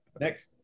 next